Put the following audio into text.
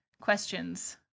questions